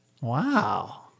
Wow